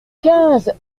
quinze